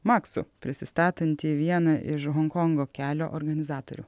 maksu prisistatantį vieną iš honkongo kelio organizatorių